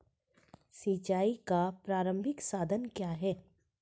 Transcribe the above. सिंचाई का प्रारंभिक साधन क्या है?